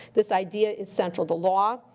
this idea is central to law.